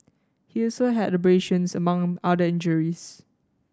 he also had abrasions among other injuries